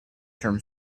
term